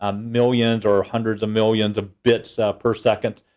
ah millions or hundreds of millions of bits per second.